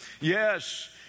Yes